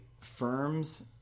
firms